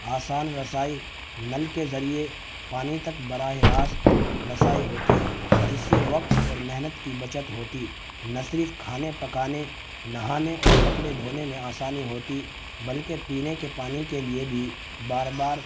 آسان رسائی نل کے ذریعے پانی تک براہ راست رسائی ہوتی جس سے وقت اور محنت کی بچت ہوتی نہ صرف کھانے پکانے نہانے اور کپڑے دھونے میں آسانی ہوتی بلکہ پینے کے پانی کے لیے بھی بار بار